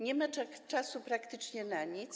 Nie ma czasu praktycznie na nic.